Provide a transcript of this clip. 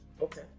Okay